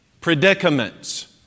predicaments